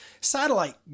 satellite